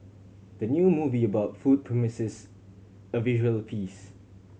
the new movie about food promises a visual feast